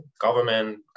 government